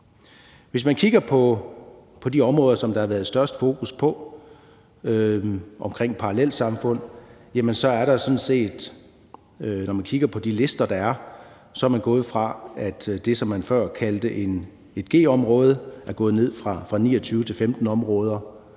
Hvis man kigger på de områder, som der har været størst fokus på omkring parallelsamfund, er antallet – når man kigger på de lister, der er – af det, som man før kaldte et g-område, gået ned fra 29 til 15 områder,